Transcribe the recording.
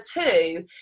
two